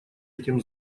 этим